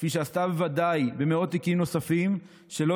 כפי שעשתה בוודאי במאות תיקים נוספים שלא